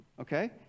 okay